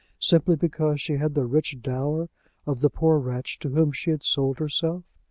simply because she had the rich dower of the poor wretch to whom she had sold herself?